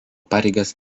pareigas